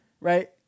right